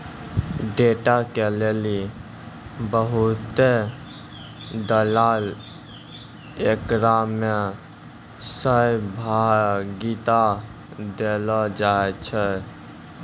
data के लेली बहुते दलाल एकरा मे सहभागिता देलो जाय छै